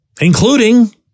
including